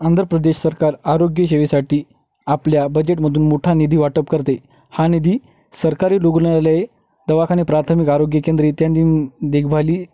आंध्र प्रदेश सरकार आरोग्यसेवेसाठी आपल्या बजेटमधून मोठा निधी वाटप करते हा निधी सरकारी रुग्णालय दवाखाने प्राथमिक आरोग्य केंद्र इत्यादी देखभाली